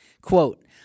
Quote